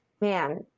man